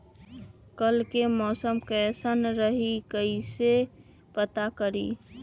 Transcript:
कल के मौसम कैसन रही कई से पता करी?